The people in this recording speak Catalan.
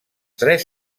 tres